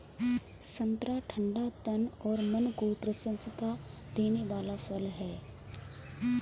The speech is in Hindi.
संतरा ठंडा तन और मन को प्रसन्नता देने वाला फल है